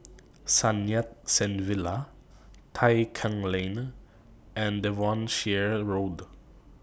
Sun Yat Sen Villa Tai Keng Lane and Devonshire Road